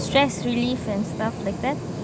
stress relieve and stuff like that